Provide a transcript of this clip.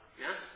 Yes